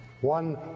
One